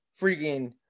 freaking